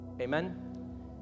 Amen